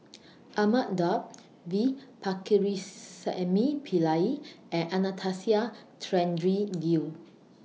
Ahmad Daud V Pakirisamy Pillai and Anastasia Tjendri Liew